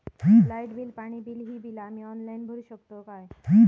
Light bill, पाणी bill, ही बिला आम्ही ऑनलाइन भरू शकतय का?